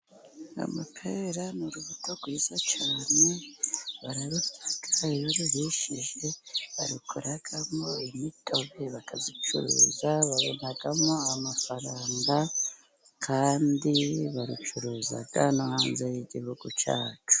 Amapera ni urubuto rwiza cyane, bararurya iyo ruhishije, barukoramo imitobe, bakayicuruza babonamo amafaranga, kandi barucuruza no hanze y'igihugu cyacu.